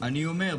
אני אומר,